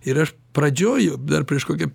ir aš pradžioj dar prieš kokį